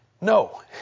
No